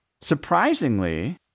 Surprisingly